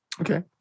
Okay